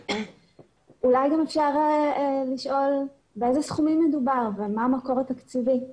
אולי גם אפשר לשאול באיזה סכומים מדובר ומה המקור התקציבי.